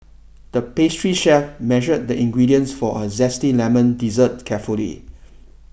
the pastry chef measured the ingredients for a Zesty Lemon Dessert carefully